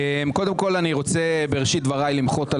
קודם כל אני רוצה בראשית דבריי למחות על